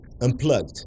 unplugged